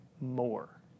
more